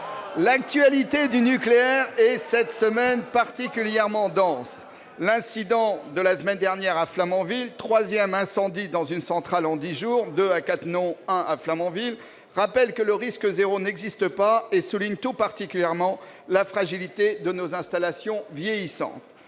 L'actualité du nucléaire est cette semaine particulièrement dense. L'incident de la semaine dernière à Flamanville, troisième incendie dans une centrale en dix jours- deux à Cattenom et un à Flamanville -, rappelle que le risque zéro n'existe pas et souligne tout particulièrement la fragilité de nos installations vieillissantes.